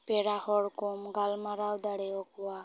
ᱯᱮᱲᱟ ᱦᱚᱲ ᱠᱚᱢ ᱜᱟᱞᱢᱟᱨᱟᱣ ᱫᱟᱲᱮᱣᱟᱠᱚᱣᱟ